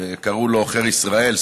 קראו לו עוכר ישראל,